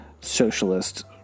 socialist